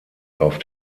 auf